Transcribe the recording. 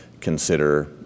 consider